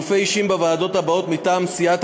אבקש להודיע בזאת על חילופי אישים מטעם סיעת